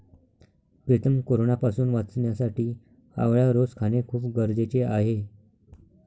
प्रीतम कोरोनापासून वाचण्यासाठी आवळा रोज खाणे खूप गरजेचे आहे